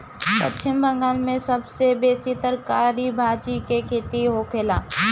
पश्चिम बंगाल में सबसे बेसी तरकारी भाजी के खेती होखेला